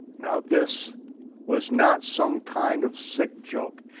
now, this was not some kind of sick joke.